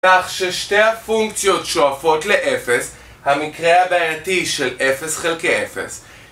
כך ששתי הפונקציות שואפות ל-0, המקרה הבעייתי של 0 חלקי 0